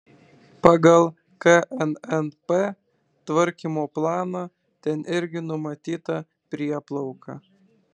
pagal knnp tvarkymo planą ten irgi numatyta prieplauka